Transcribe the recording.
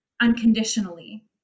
unconditionally